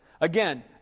Again